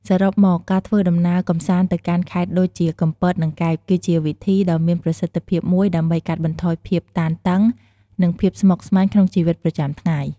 សរុបមក ការធ្វើដំណើរកម្សាន្តទៅកាន់ខេត្តដូចជាកំពត និងកែប គឺជាវិធីដ៏មានប្រសិទ្ធភាពមួយដើម្បីកាត់បន្ថយភាពតានតឹង និងភាពស្មុគស្មាញក្នុងជីវិតប្រចាំថ្ងៃ។